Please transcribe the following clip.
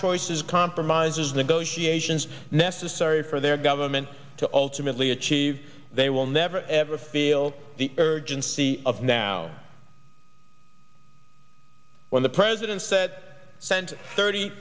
choices compromises negotiations necessary for their government to ultimately achieve they will never ever feel the urgency of now when the presidents that sent thirty